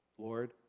Lord